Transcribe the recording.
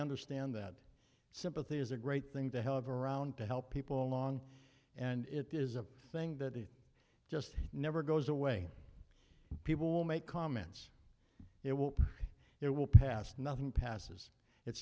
understand that sympathy is a great thing to have around to help people along and it is a thing that it just never goes away people make comments it will it will pass nothing passes it